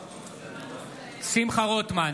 בעד שמחה רוטמן,